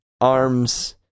Arms